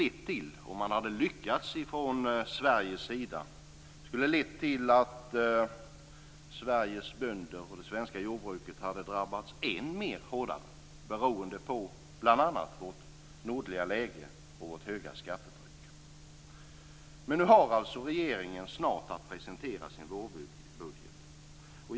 Detta skulle, om man hade lyckats från Sveriges sida, ha lett till att Sveriges bönder och det svenska jordbruket hade drabbats än hårdare beroende på bl.a. vårt nordliga läge och vårt höga skattetryck. Nu har alltså regeringen snart att presentera sin vårbudget.